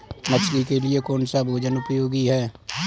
मछली के लिए कौन सा भोजन उपयोगी है?